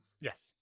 Yes